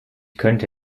könnte